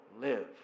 live